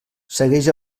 segueix